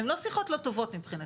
הן לא שיחות לא טובות מבחינתנו,